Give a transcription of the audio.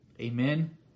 Amen